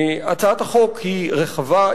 הצעת החוק היא רחבה,